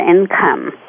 income